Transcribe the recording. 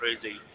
crazy